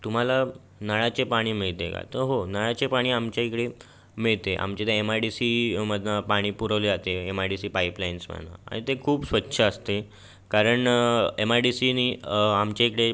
तुम्हाला नळाचे पाणी मिळते का तर हो नळाचे पाणी आमच्या इकडे मिळते आमचे इथे एम आय डी सीमधनं पाणी पुरवले जाते M I D C pipe लाईन्सवरनं आणि ते खूप स्वच्छ असते कारण एम आय डी सीने आमच्या इकडे